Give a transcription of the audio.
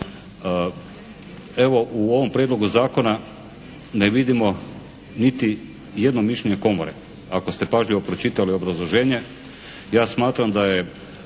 Evo, u ovom prijedlogu zakona ne vidimo niti jedno mišljenje Komore. Ako ste pažljivo pročitali obrazloženje ja smatram da je